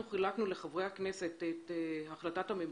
אנחנו חילקנו לחברי הכנסת את החלטת הממשלה.